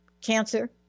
cancer